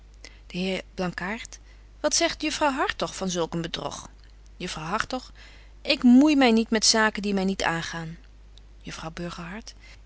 de heer blankaart wat zegt juffrouw hartog van zulk een bedrog juffrouw hartog ik moei my niet met zaken die my niet aangaan